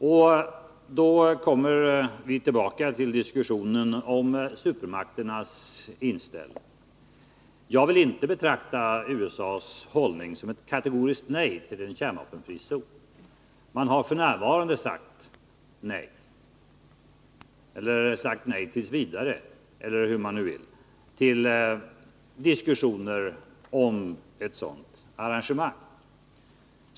Därmed kommer vi tillbaka till diskussionen om supermakternas inställning. Jag vill inte betrakta USA:s hållning som ett kategoriskt nej till en kärnvapenfri zon. F. n. gäller att man har sagt nej — eller man har sagt nejt. v. —till diskussioner om ett sådant arrangemang.